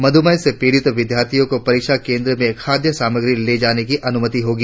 मधुमेह से पीड़ित विद्यार्थियों को परीक्षा केंद्र में खाद्य सामग्री ले जाने की अनुमति होगी